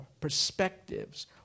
Perspectives